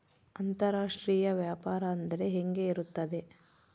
ಅಂತರಾಷ್ಟ್ರೇಯ ವ್ಯಾಪಾರ ಅಂದರೆ ಹೆಂಗೆ ಇರುತ್ತದೆ?